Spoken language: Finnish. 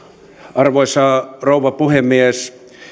arvoisa rouva puhemies